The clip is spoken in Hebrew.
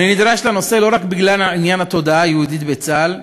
אני נדרש לנושא לא רק בגלל עניין התודעה היהודית בצה"ל,